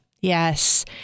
Yes